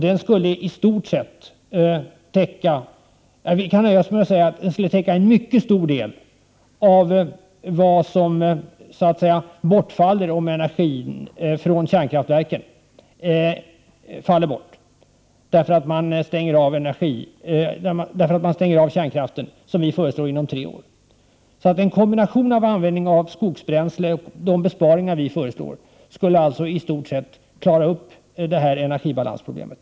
Den skulle täcka en mycket stor del av den energi som kärnkraftverken producerar och som faller bort om man, som vi föreslår, stänger av kärnkraftverken inom tre år. En kombination av användning av skogsbränsle och de besparingar vi föreslår skulle alltså i stort sett klara upp det här energibalansproblemet.